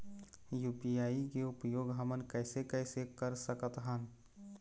UPI के उपयोग हमन कैसे कैसे कर सकत हन?